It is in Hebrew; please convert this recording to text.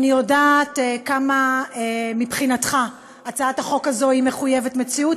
אני יודעת כמה מבחינתך הצעת החוק הזו היא מחויבת המציאות,